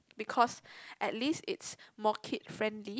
because at least it's more kid friendly